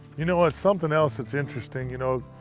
you know what. something else that's interesting, you know,